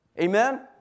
Amen